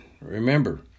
Remember